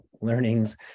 learnings